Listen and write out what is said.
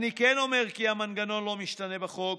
"אני כן אומר כי המנגנון לא משתנה בחוק,